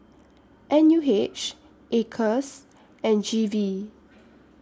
N U H Acres and G V